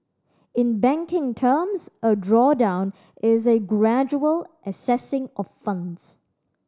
in banking terms a drawdown is a gradual accessing of funds